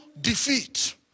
defeat